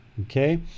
okay